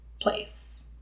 place